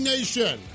Nation